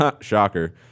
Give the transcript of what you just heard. Shocker